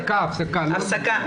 נצא להפסקה.